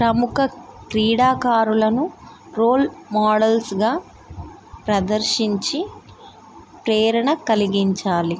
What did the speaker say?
ప్రముఖ క్రీడాకారులను రోల్ మోడల్స్గా ప్రదర్శించి ప్రేరణ కలిగించాలి